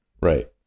Right